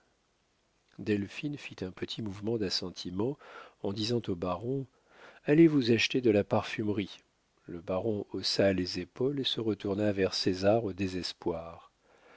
delphine fit un petit mouvement d'assentiment en disant au baron allez-vous acheter de la parfumerie le baron haussa les épaules et se retourna vers césar au désespoir